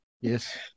Yes